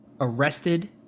arrested